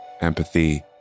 empathy